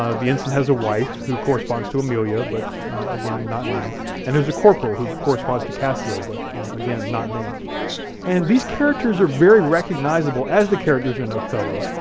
ah the ensign has a wife who corresponds to emilia but again not named and there's a corporal who corresponds to cassio but again not named and these characters are very recognizable as the characters in othello,